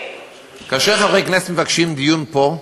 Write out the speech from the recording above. שכאשר חברי כנסת מבקשים דיון פה,